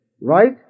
right